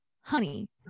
Honey